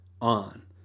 on